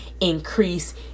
increase